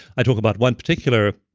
i talk about one particular